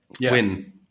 win